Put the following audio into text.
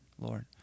Lord